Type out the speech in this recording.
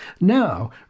Now